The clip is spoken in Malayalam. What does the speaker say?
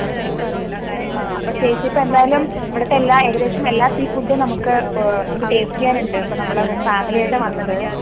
ആ ആ അപ്പൊ ചേച്ചി ഇപ്പൊ എന്തായാലും ഇവിടുത്തെ എല്ലാ ഏകദേശം എല്ലാ സീ ഫുഡും നമുക്ക് നമുക്ക് ടേസ്റ്റ് ചെയ്യാനുണ്ട് അപ്പൊ നമ്മൾ ഫാമിലിയായിട്ടാ വന്നത്